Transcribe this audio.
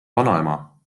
vanaema